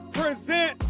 present